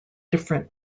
different